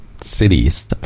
cities